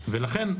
ולכן,